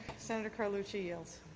senator carlucci yields.